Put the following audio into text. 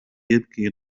يبكي